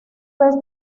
vez